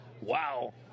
wow